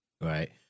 right